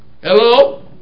hello